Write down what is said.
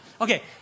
Okay